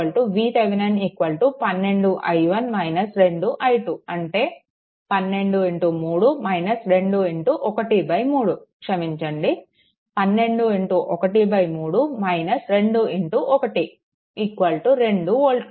Voc VThevenin 12i1 2i2 అంటే 123 - 213 క్షమించండి 1213 - 21 2 వోల్ట్లు